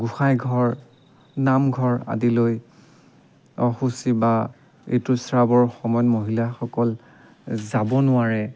গোসাঁই ঘৰ নামঘৰ আদিলৈ অশুচি বা ঋতুস্ৰাৱৰ সময়ত মহিলাসকল যাব নোৱাৰে